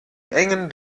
engem